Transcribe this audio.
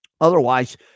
Otherwise